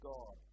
God